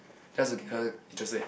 just to her interesting